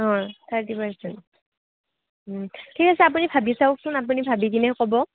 অঁ thirty percent ঠিক আছে আপুনি ভাবি চাওকচোন আপুনি ভাবিকিনে ক'ব